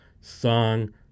Song